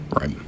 Right